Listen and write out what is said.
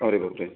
अरे बापरे